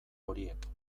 horiek